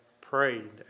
prayed